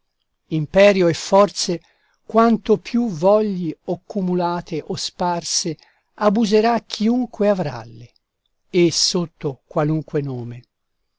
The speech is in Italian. imperio e forze quanto più vogli o cumulate o sparse abuserà chiunque avralle e sotto qualunque nome